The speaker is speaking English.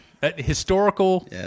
historical